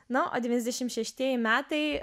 na o devyniasdešim šeštieji metai